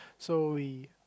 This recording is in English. so we